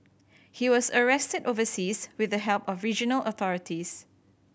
he was arrested overseas with the help of regional authorities